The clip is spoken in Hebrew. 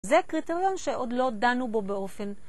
זה קריטריון שעוד לא דנו בו באופן.